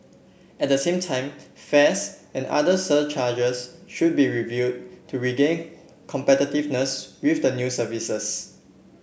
at the same time fares and other surcharges should be reviewed to regain competitiveness with the new services